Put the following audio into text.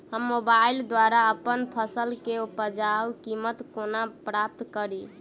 हम मोबाइल द्वारा अप्पन फसल केँ बजार कीमत कोना प्राप्त कड़ी?